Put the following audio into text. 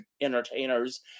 entertainers